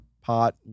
pot